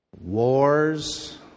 wars